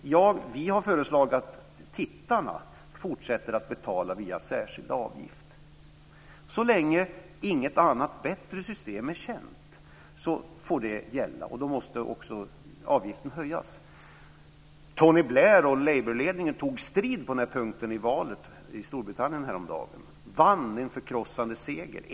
Vi har föreslagit att tittarna fortsätter att betala via särskilda avgifter. Så länge inget annat bättre system är känt får det gälla. Då måste också avgiften höjas. Tony Blair och Labourledningen tog strid på den punkten i valet i Storbritannien häromdagen. Man vann en förkrossande seger.